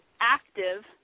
active